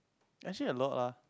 actually a lot ah